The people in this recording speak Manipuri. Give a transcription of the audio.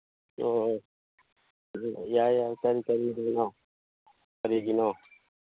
ꯑꯣ ꯌꯥꯏ ꯌꯥꯏ ꯀꯔꯤ ꯀꯔꯤꯅꯣ ꯀꯔꯤꯒꯤꯅꯣ